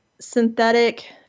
synthetic